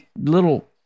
little